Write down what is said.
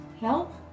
help